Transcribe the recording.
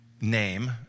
name